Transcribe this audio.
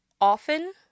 often